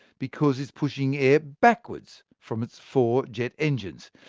because it's pushing air backwards from its four jet engines.